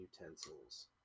utensils